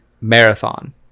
marathon